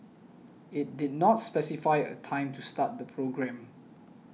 it did not specify a time to start the programme